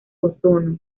ozono